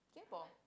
K-Pop